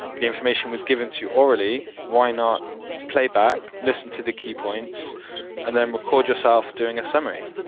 the information was given to you orally, why not play back, listen to the key points and then record yourself doing a summary,